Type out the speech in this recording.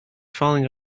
falling